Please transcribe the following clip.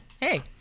Hey